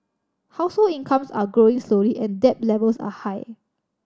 household incomes are growing slowly and debt levels are high